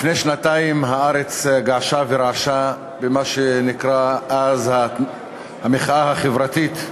לפני שנתיים הארץ געשה ורעשה במה שנקרא אז "המחאה החברתית".